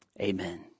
amen